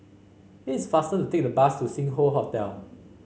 it's faster to take the bus to Sing Hoe Hotel